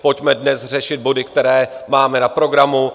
Pojďme dnes řešit body, které máme na programu.